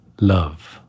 love